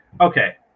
Okay